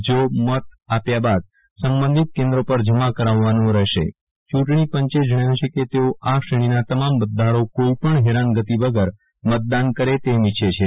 જો મત આપ્યા બાદ સંબંધિત કેન્દ્ર પર જમા કરાવવાનું રહેશે યુંટણી પંચે જણાવ્યુ છે કે તેઓ આ શ્રેણીના તમામ મતદારો કોઈપણ હેરાનગતી વગર મતદાન કરે તેમ ઈચ્છે છે